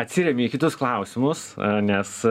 atsiremi į kitus klausimus nes